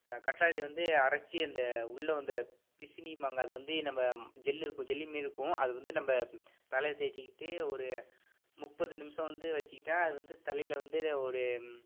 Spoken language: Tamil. கற்றாழைய வந்து அரைச்சி அந்த உள்ள அந்த பிசினிம்பாங்க அதை வந்து நம்ம ஜெல்லு இருக்கும் ஜெல்லி மாரி இருக்கும் அதை வந்து நம்ம தலையில் தேய்ச்சிக்கிட்டு ஒரு முப்பது நிமிஷம் வந்து வச்சிக்கிட்டால் அது வந்து தலையில் வந்து ஒரு